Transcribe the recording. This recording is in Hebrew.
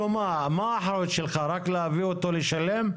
מה האחריות שלך, רק להביא אותו לשלם?